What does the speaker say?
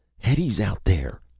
hetty's out there.